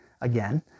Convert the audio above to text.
again